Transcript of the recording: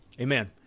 Amen